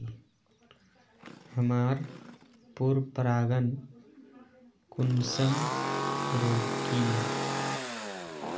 हमार पोरपरागण कुंसम रोकीई?